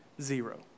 zero